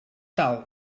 tal